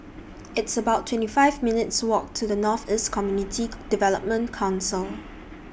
It's about twenty five minutes' Walk to The North East Community Development Council